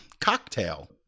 Cocktail